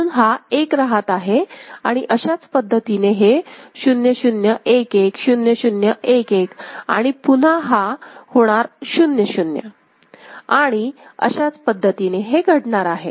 म्हणून हा एक रहात आहे आणि अशाच पद्धतीने हे 0 0 1 1 0 0 1 1 आणि पुन्हा हा होणार 0 0 आणि अशाच पद्धतीने हे घडणार आहे